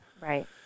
right